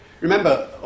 Remember